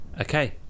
Okay